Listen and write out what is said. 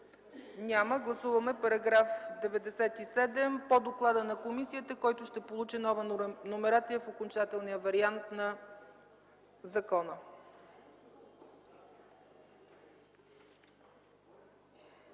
Няма. Гласуваме § 97 по доклада на комисията, който ще получи нова номерация в окончателния вариант на закона.